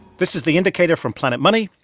this is the indicator from planet money.